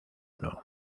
uno